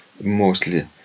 Mostly